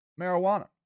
marijuana